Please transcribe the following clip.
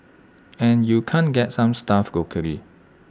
and you can't get some stuff locally